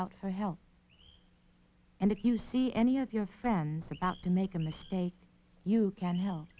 out for help and if you see any of your friends about to make a mistake you can help